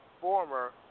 former